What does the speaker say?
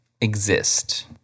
exist